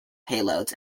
payloads